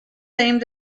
aimed